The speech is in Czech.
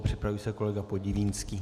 Připraví se kolega Podivínský.